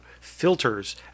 filters